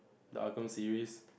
the series